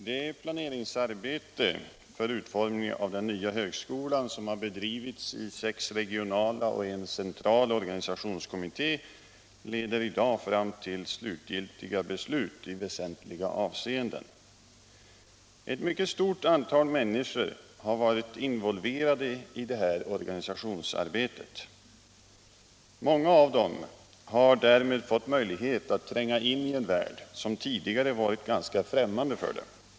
Herr talman! Det planeringsarbete för utformningen av den nya högskolan som har bedrivits i en central och sex regionala organisationskommittéer leder i dag fram till slutgiltiga beslut i väsentliga avseenden. Ett mycket stort antal människor har varit involverade i detta organisationsarbete. Många av dem har därmed fått möjlighet att tränga in i en värld som tidigare varit ganska främmande för dem.